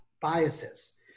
biases